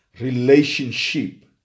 relationship